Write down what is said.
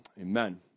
amen